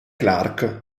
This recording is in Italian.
clark